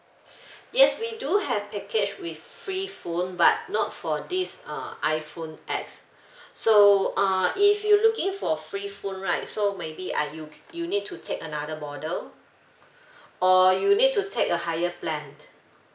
yes we do have package with free phone but not for this uh iphone X so uh if you looking for free phone right so maybe uh you you need to take another model or you need to take a higher plan